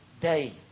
day